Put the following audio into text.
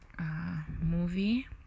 movie